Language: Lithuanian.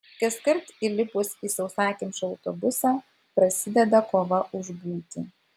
kaskart įlipus į sausakimšą autobusą prasideda kova už būtį